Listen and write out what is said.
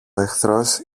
εχθρός